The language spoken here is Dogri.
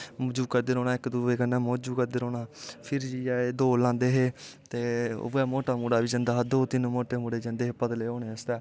मौजू करदे रौह्ना इक दुए कन्नै फिर जाईयै एह् दौड़ लांदे हे ते उऐ मोटा मुड़ा बी जंदा हा दो तिन्न मोटे मुड़े जंदे हे पतले होनै आस्तै